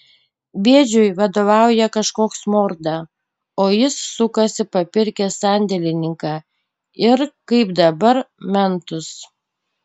bėdžiui vadovauja kažkoks morda o jis sukasi papirkęs sandėlininką ir kaip dabar mentus